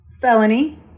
felony